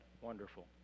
wonderful